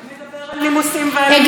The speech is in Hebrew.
דיברנו על המהות.